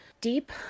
deep